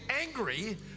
angry